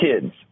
kids